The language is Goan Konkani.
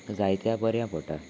जायत्या बऱ्या पडटा